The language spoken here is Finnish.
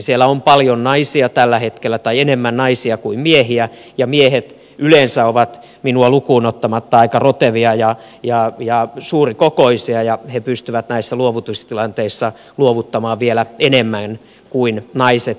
siellä on tällä hetkellä enemmän naisia kuin miehiä ja miehet yleensä ovat minua lukuun ottamatta aika rotevia ja suurikokoisia ja he pystyvät näissä luovutustilanteissa luovuttamaan vielä enemmän kuin naiset